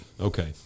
Okay